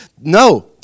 No